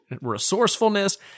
resourcefulness